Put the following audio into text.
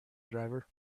driver